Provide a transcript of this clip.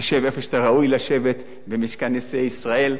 תשב איפה שאתה ראוי לשבת, במשכן נשיאי ישראל.